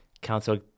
council